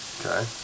Okay